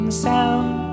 sound